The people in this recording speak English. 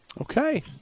Okay